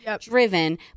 driven